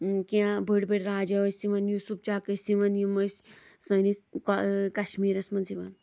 کیٚنٛہہ بٔڑۍ بٔڑۍ راجا ٲسۍ یِوان یوٗسُپ چَک ٲسۍ یِوان یِم ٲسۍ سٲنِس کَشمیٖرَس منٛز یِوان